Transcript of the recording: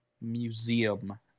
museum